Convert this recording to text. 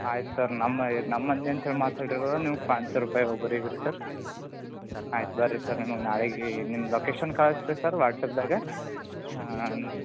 ಆಯ್ತು ಸರ್ ನಮ್ಮ ನಮ್ಮಲ್ಲಿಂತ ಹೇಳಿ ಮಾತಾಡಿರೋರು ನೀವು ಪಾಂಚ್ ಸೌ ರೂಪಾಯಿ ಒಬ್ರಿಗೇರಿ ಸರ್ ಆಯ್ತು ಬನ್ರಿ ಸರ್ ನಿಮಗೆ ನಾಳೆಗೆ ನಿಮ್ಮ ಲೊಕೇಶನ್ ಕಳಿಸ್ರಿ ಸರ್ ವಾಟ್ಸಾಪ್ದಾಗೆ